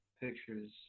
pictures